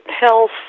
health